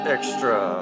Extra